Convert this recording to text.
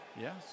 Yes